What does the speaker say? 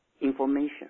information